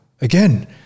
again